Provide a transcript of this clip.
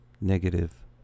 negative